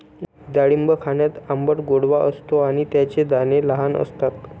डाळिंब खाण्यात आंबट गोडवा असतो आणि त्याचे दाणे लहान असतात